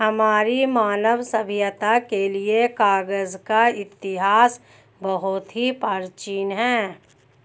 हमारी मानव सभ्यता के लिए कागज का इतिहास बहुत ही प्राचीन है